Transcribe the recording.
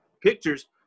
pictures